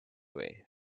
way